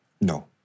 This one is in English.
No